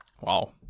Wow